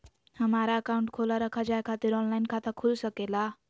हमारा अकाउंट खोला रखा जाए खातिर ऑनलाइन खाता खुल सके ला?